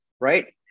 right